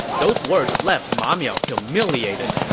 those words left ma miao humiliated.